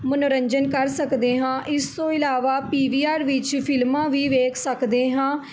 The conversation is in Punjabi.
ਮਨੋਰੰਜਨ ਕਰ ਸਕਦੇ ਹਾਂ ਇਸ ਤੋਂ ਇਲਾਵਾ ਪੀ ਵੀ ਆਰ ਵਿੱਚ ਫਿਲਮਾਂ ਵੀ ਵੇਖ ਸਕਦੇ ਹਾਂ